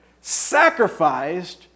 sacrificed